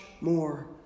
more